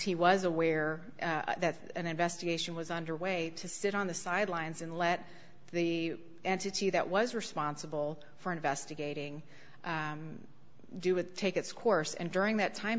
he was aware that an investigation was underway to sit on the sidelines and let the entity that was responsible for investigating do with take its course and during that time